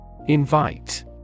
Invite